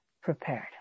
prepared